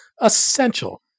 essential